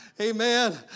Amen